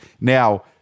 Now